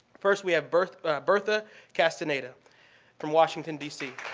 first we have bertha bertha castaneda from washington, d c.